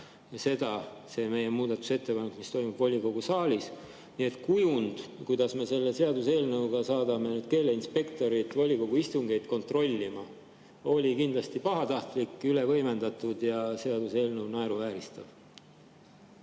ei puuduta seda, mis toimub volikogu saalis. Nii et kujund, kuidas me selle seaduseelnõu kohaselt saadame keeleinspektorid volikogu istungeid kontrollima, oli kindlasti pahatahtlik, üle võimendatud ja seaduseelnõu naeruvääristav.